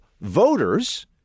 voters